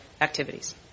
activities